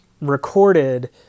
recorded